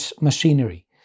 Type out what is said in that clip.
machinery